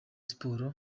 sports